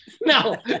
No